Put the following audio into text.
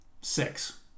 six